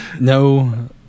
no